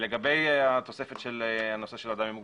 לגבי התוספת של אדם עם מוגבלות.